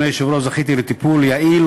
אדוני היושב-ראש: זכיתי לטיפול יעיל,